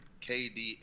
KD